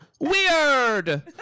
weird